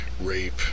rape